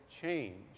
change